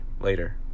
later